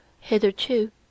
Hitherto